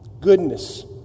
Goodness